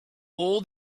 all